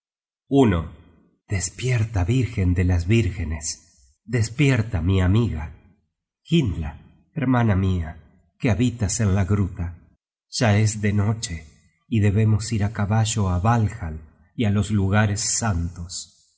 at despierta vírgen de las vírgenes despierta mi amiga hyndla hermana mia que habitas en la gruta ya es de noche y debemos ir á caballo á walhall y á los lugares santos